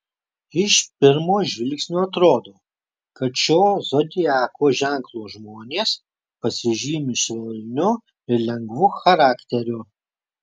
iš pirmo žvilgsnio atrodo kad šio zodiako ženklo žmonės pasižymi švelniu ir lengvu charakteriu